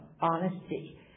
honesty